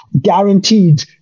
guaranteed